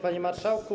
Panie Marszałku!